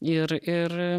ir ir